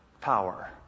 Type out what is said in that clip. power